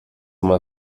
mal